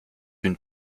une